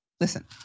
Listen